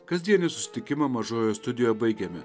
kasdienį susitikimą mažojoje studijoj baigiame